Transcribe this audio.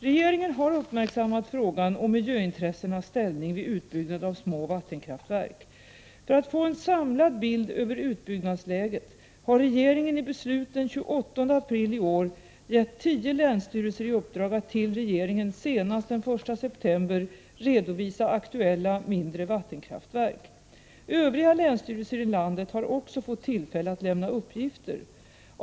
Regeringen har uppmärksammat frågan om miljöintressenas ställning vid utbyggnad av små vattenkraftverk. För att få en samlad bild över utbyggnadsläget har regeringen i beslut den 28 april i år gett tio länsstyrelser i uppdrag att till regeringen senast den 1 september redovisa aktuella mindre vattenkraftverk. Övriga länsstyrelser i landet har också fått tillfälle att lämna uppgifter.